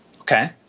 Okay